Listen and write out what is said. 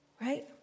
Right